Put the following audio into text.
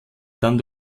dann